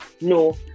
no